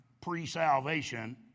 pre-salvation